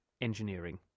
engineering